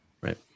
right